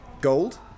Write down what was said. gold